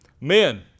Men